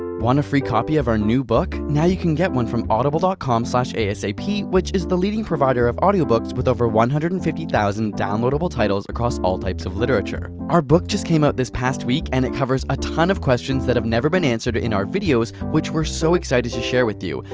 a free copy of our new book? now you can get one from audible dot com slash asap which is the leading provider of audiobooks with over one hundred and fifty thousand dowloadable titles across all types of literature. our book just came out this past week and it covers a ton of questions that have never been answered in our videos which we're so excited to share with you!